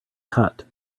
cut